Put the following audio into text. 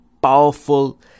powerful